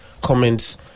comments